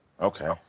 Okay